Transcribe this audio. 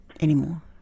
anymore